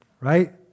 right